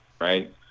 right